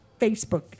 Facebook